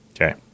Okay